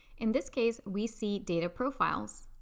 in this case, we see data profiles.